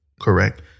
Correct